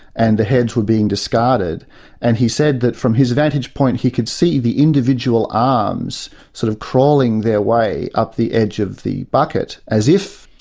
and the heads were being discarded and he said that from his vantage point, he could see the individual arms sort of crawling their way up the edge of the bucket, as if,